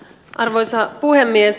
arvoisa puhemies